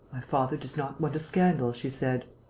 my father does not want a scandal, she said.